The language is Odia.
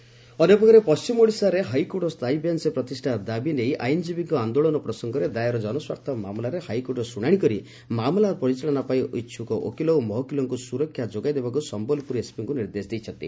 ହାଇକୋର୍ଟ ବେଞ୍ଚ ଅନ୍ୟପକ୍ଷରେ ପଣ୍କିମ ଓଡ଼ିଶାରେ ହାଇକୋର୍ଟ ସ୍ଚାୟୀ ବେଞ୍ଚ ପ୍ରତିଷ୍ଷା ଦାବି ନେଇ ଆଇନଜୀବୀଙ୍କ ଆନ୍ଦୋଳନ ପ୍ରସଙ୍ଗରେ ଦାୟର ଜନସ୍ୱାର୍ଥ ମାମଲାରେ ହାଇକୋର୍ଟ ଶ୍ରୁଶାଶି କରି ମାମଲା ପରିଚାଳନା ପାଇଁ ଇଛକ ଓକିଲ ଓ ମହକିଲଙ୍କୁ ସୁରକ୍ଷା ଯୋଗାଇବାକୁ ସମ୍ମଲପୁର ଏସ୍ପିଙ୍କୁ ନିର୍ଦ୍ଦେଶ ଦେଇଛନ୍ତି